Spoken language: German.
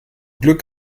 glück